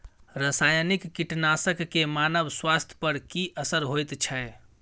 रसायनिक कीटनासक के मानव स्वास्थ्य पर की असर होयत छै?